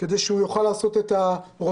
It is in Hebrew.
כדי שהוא יוכל לעשות את הרוטציה.